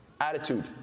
attitude